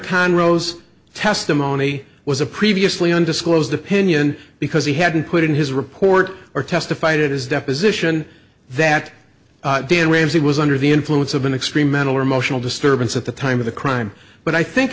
kahn rowe's testimony was a previously undisclosed opinion because he hadn't put in his report or testified at his deposition that dan ramsey was under the influence of an extreme mental or emotional disturbance at the time of the crime but i think